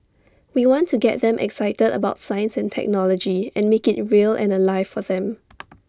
we want to get them excited about science and technology and make IT real and alive for them